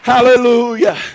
Hallelujah